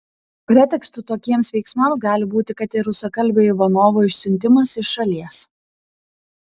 pretekstu tokiems veiksmams gali būti kad ir rusakalbio ivanovo išsiuntimas iš šalies